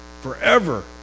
Forever